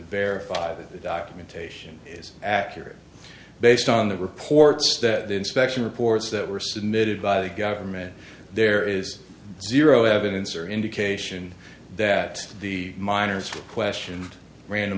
verify that documentation is accurate based on the reports that the inspection reports that were submitted by the government there is zero evidence or indication that the miners questioned random